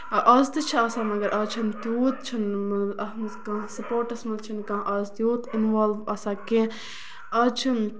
آز تہِ چھِ آسان مَگر آز چھُنہٕ تیوٗت چھُنہٕ مطلب اَتھ منٛز کانہہ سٔپوٹٔس منٛز چھُنہٕ کانٛہہ آز تیوٗت اِنوالو آسان کیٚنہہ آز چھُنہٕ